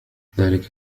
ذاك